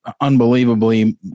unbelievably